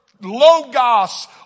logos